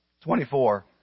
Twenty-four